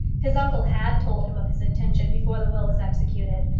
his uncle had told him of his intention before the will was executed,